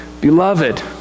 Beloved